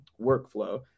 workflow